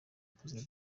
perezida